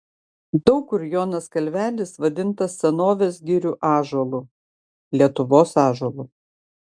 daug kur jonas kalvelis vadintas senovės girių ąžuolu lietuvos ąžuolu